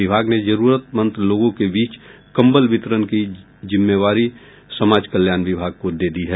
विभाग ने जरूरतमंद लोगों के बीच कंबल वितरण की जिम्मेवारी समाज कल्याण विभाग को दे दी है